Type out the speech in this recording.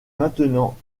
maintenant